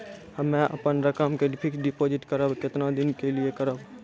हम्मे अपन रकम के फिक्स्ड डिपोजिट करबऽ केतना दिन के लिए करबऽ?